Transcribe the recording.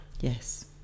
Yes